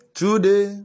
today